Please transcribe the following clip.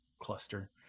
cluster